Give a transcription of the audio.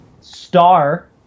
star